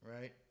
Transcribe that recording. right